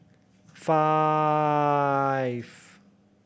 five